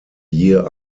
year